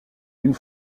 une